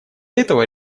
этого